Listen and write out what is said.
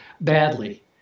badly